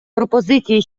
пропозиції